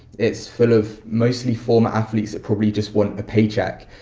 it's full of mostly former athletes that probably just want a paycheck.